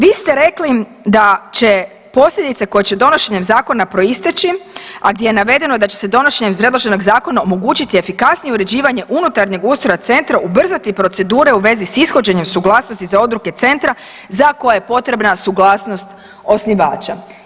Vi ste rekli da će posljedice koje će donošenjem zakona proisteći, a gdje je navedeno da će se donošenjem predloženog zakona omogućiti efikasnije uređivanje unutarnjeg ustroja centra, ubrzati procedure u vezi s ishođenjem suglasnosti za odluke centra za koje je potrebna suglasnost osnivača.